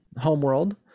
Homeworld